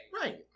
Right